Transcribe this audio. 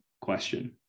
question